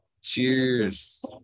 Cheers